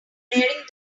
bearing